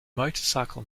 motorcycle